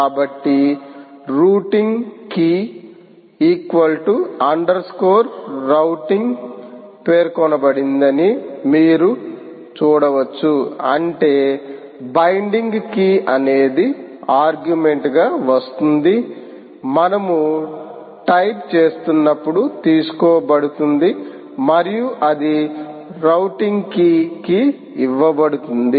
కాబట్టి routing key underscore routing పేర్కొనబడిందని మీరు చూడవచ్చు అంటే బైండింగ్ కీ అనేది ఆర్గ్యుమెంట్గా వస్తుంది మనము టైప్ చేస్తున్నప్పుడు తీసుకోబడుతుంది మరియు అది రౌటింగ్ కీ కి ఇవ్వబడుతుంది